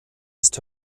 ist